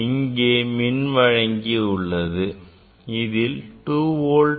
இங்கே மின் வழங்கி உள்ளது அதில் 2V அளவு பொருத்தப்பட்டுள்ளது